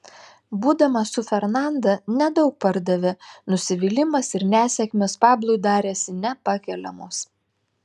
būdamas su fernanda nedaug pardavė nusivylimas ir nesėkmės pablui darėsi nepakeliamos